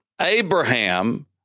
Abraham